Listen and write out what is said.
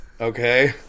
Okay